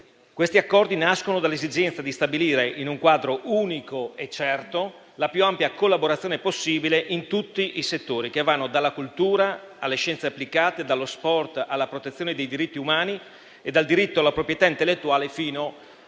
Questi accordi nascono dall'esigenza di stabilire in un quadro unico e certo la più ampia collaborazione possibile in tutti i settori che vanno dalla cultura alle scienze applicate, dallo sport alla protezione dei diritti umani, dal diritto alla proprietà intellettuale ai